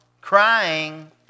crying